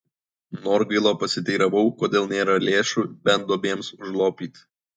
norgailo pasiteiravau kodėl nėra lėšų bent duobėms užlopyti